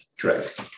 Correct